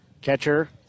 Catcher